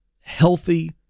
healthy